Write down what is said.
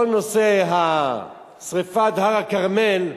כל נושא שרפת הר הכרמל,